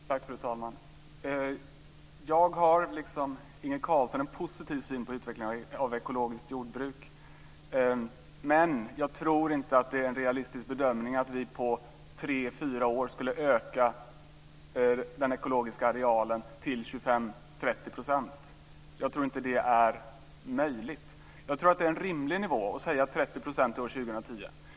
Fru talman! Jag har liksom Inge Carlsson en positiv syn på utvecklingen av ekologiskt jordbruk. Men jag tror inte att det är en realistisk bedömning att vi på tre fyra år skulle öka den ekologiska arealen till 25-30 % Jag tror inte att det är möjligt. Jag tror att det är en rimlig nivå om man säger 30 % till år 2010.